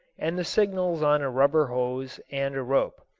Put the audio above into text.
and the signals on a rubber hose and a rope.